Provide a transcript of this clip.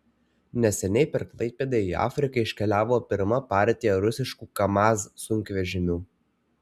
neseniai per klaipėdą į afriką iškeliavo pirma partija rusiškų kamaz sunkvežimių